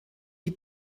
die